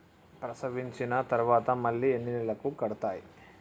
ప్రసవించిన తర్వాత మళ్ళీ ఎన్ని నెలలకు కడతాయి?